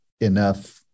enough